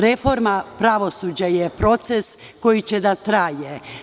Reforma pravosuđa je proces koji će da traje.